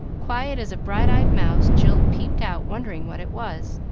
quiet as a bright-eyed mouse, jill peeped out wondering what it was,